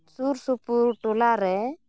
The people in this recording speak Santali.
ᱥᱩᱨᱼᱥᱩᱯᱩᱨ ᱴᱚᱞᱟ ᱨᱮ